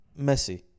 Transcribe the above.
Messi